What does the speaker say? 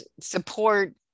support